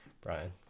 Brian